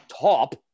top